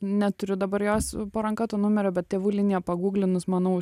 neturiu dabar jos po ranka to numerio bet tėvų linija pagūglinus manau